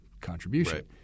contribution